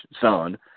son